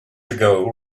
ago